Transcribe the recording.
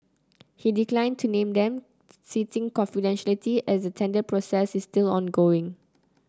he declined to name them citing confidentiality as the tender process is still ongoing